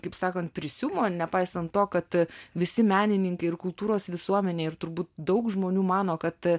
kaip sakant prisiuvo nepaisant to kad visi menininkai ir kultūros visuomenė ir turbūt daug žmonių mano kad